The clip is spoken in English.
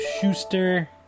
Schuster